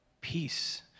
peace